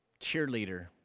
cheerleader